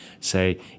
say